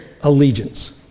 allegiance